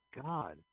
God